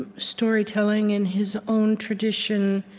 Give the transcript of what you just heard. and storytelling in his own tradition,